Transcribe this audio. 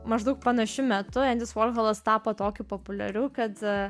maždaug panašiu metu endis vorholas tapo tokiu populiariu kad